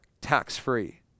tax-free